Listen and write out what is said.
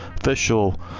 official